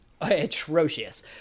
atrocious